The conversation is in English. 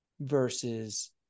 versus